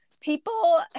people